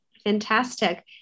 Fantastic